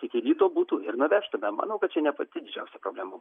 iki ryto būtų ir nuvežtumėm manau kad čia ne pati didžiausia problema